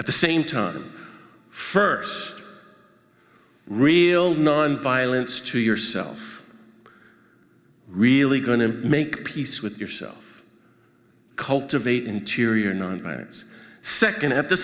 at the same time first real nonviolence to yourself really going to make peace with yourself cultivate interior nonviolence second at the